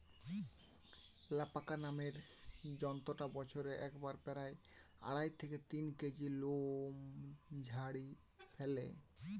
alpaca নামের জন্তুটা বছরে একবারে প্রায় আড়াই থেকে তিন কেজি লোম ঝাড়ি ফ্যালে